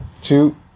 two